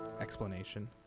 explanation